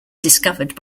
discovered